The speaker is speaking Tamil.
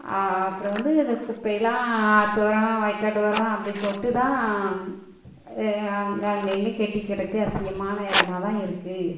அப்புறம் வந்து இந்த குப்பைலாம் ஆற்றோரம் வயல்காட்டோரம் அப்படி போட்டு தான் அங்கே அங்கே இங்கேயும் கெட்டி கிடக்கு அசிங்கமான இடமாதான் இருக்குது